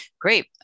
Great